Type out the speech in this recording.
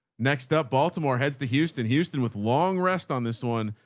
next up baltimore heads to houston, houston with long rest on this one,